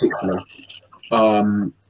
particularly